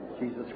Jesus